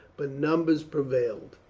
but numbers prevailed,